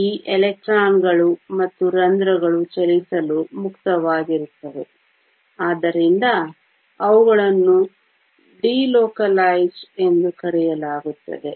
ಈ ಎಲೆಕ್ಟ್ರಾನ್ಗಳು ಮತ್ತು ರಂಧ್ರಗಳು ಚಲಿಸಲು ಮುಕ್ತವಾಗಿರುತ್ತವೆ ಆದ್ದರಿಂದ ಅವುಗಳನ್ನು ಡಿಲೋಕಲೈಸ್ಡ್ ಎಂದು ಕರೆಯಲಾಗುತ್ತದೆ